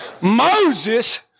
Moses